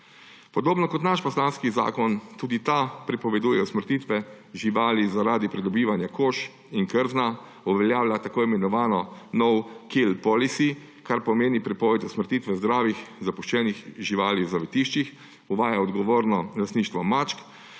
Podobno kot naš poslanski zakon tudi ta prepoveduje usmrtitve živali zaradi pridobivanja kož in krzna, uveljavlja tako imenovano no-kill policy, kar pomeni prepoved usmrtitve zdravih zapuščenih živali v zavetiščih, uvaja odgovorno lastništvo mačk,